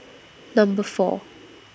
Number four